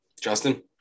Justin